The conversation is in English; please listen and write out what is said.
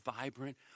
vibrant